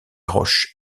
roche